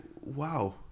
wow